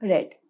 Red